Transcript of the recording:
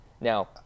Now